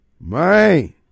Man